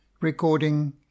recording